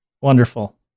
Wonderful